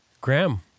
Graham